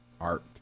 art